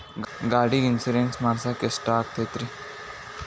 ಗಾಡಿಗೆ ಇನ್ಶೂರೆನ್ಸ್ ಮಾಡಸಾಕ ಎಷ್ಟಾಗತೈತ್ರಿ?